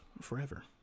forever